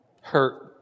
hurt